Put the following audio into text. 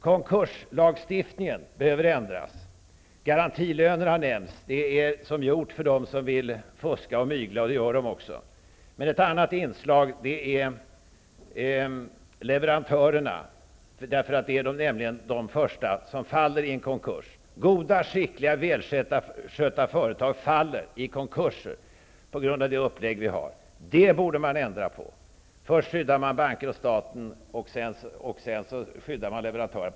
Konkurslagstiftningen behöver ändras. Garantilöner har nämnts. Det är som gjort för dem som vill fuska och mygla, och det gör de också. Ett annat inslag är att beakta leverantörernas situation. Det är nämligen de första som faller i en konkurs. Goda, skickliga och välskötta företag faller i konkurser på grund av det upplägg som vi har. Det borde man ändra på. Först skyddar staten banker och sedan skyddar leverantörerna.